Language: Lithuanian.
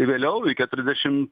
vėliau į keturiasdešim